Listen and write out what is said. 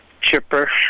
chipper